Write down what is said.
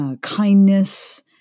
kindness